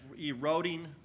eroding